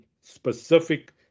specific